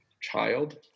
child